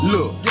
Look